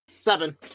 Seven